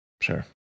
Sure